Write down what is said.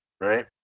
right